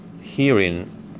hearing